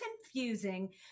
confusing